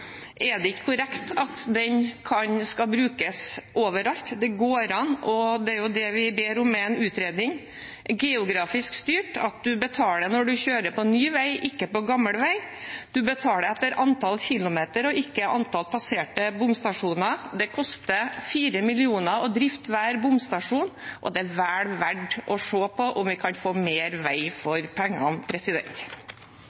er det ikke korrekt at det skal brukes overalt. Det går an – det er det vi ber om en utredning om – at det er geografisk styrt; man betaler når man kjører på ny vei, ikke på gammel vei. Man betaler etter antall kilometer og ikke etter antall passerte bomstasjoner. Det koster 4 mill. kr å drifte hver bomstasjon, og det er vel verdt å se på om vi kan få mer vei